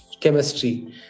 chemistry